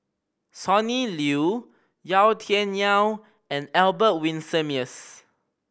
Sonny Liew Yau Tian Yau and Albert Winsemius